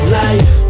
life